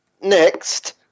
next